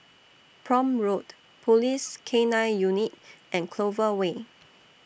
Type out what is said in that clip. Prome Road Police K nine Unit and Clover Way